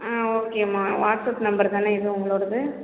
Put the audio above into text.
ஆ ஓகேமா WhatsApp number தானே இது உங்களோடயது